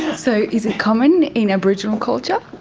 yeah so is it common in aboriginal culture?